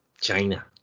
china